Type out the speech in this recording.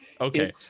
Okay